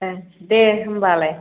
दे होमबालाय